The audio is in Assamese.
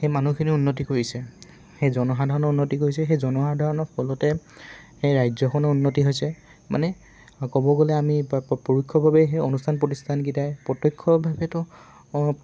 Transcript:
সেই মানুহখিনিৰ উন্নতি কৰিছে সেই জনসাধাৰণৰ উন্নতি কৰিছে সেই জনসাধাৰণৰ ফলতে সেই ৰাজ্যখনৰ উন্নতি হৈছে মানে ক'ব গ'লে আমি পৰোক্ষভাৱেই সেই অনুষ্ঠান প্ৰতিষ্ঠানকেইটাই প্ৰত্যক্ষভাৱেতো